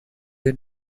wife